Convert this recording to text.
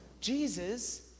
Jesus